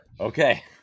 okay